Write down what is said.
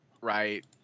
right